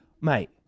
mate